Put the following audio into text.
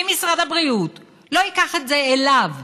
ואם משרד הבריאות לא ייקח את זה אליו